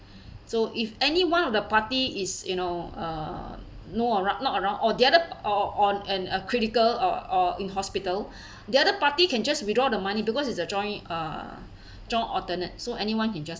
so if any one of the party is you know err no around not around or the other or or in a critical or or in hospital the other party can just withdraw the money because it's a joint uh joint alternate so anyone can just